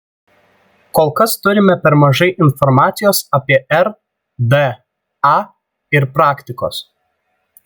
kol kas turime per mažai informacijos apie rda ir praktikos